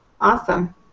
Awesome